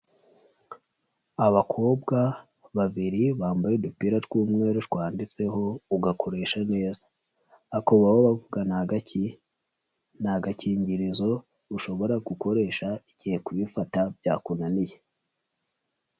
Abakobwa babiri bambaye udupira tw'umweru twanditseho gakoresha neza. Ako bavuga ni agaki? Ni agakingirizo ushobora gukoresha igihe kwifata byakunaniye.